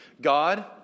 God